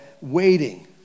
waiting